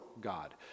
God